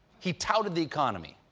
he touted the economy.